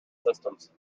systems